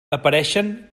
apareixen